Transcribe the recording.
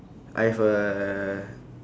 I've a